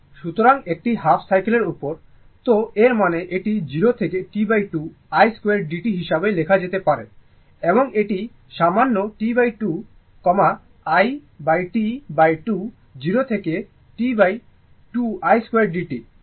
সুতরাং একটি হাফ সাইকেলের উপর তো এর মানে এটি 0 থেকে T2 i 2 d t হিসাবে লেখা যেতে পারে এবং এটি সামান্য T2 1T2 0 থেকে T2 i2 d t